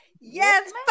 yes